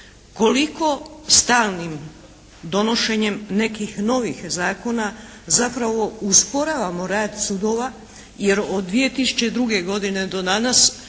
koliko stalnim donošenjem nekih novih zakona zapravo usporavamo rad sudova jer od 2002. godine do danas